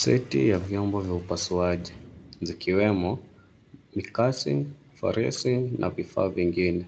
Seti ya vyombo vya upasuaji zikiwemo makasi, farisi na vifaa vingine